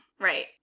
right